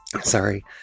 Sorry